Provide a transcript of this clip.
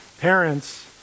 parents